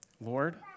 Lord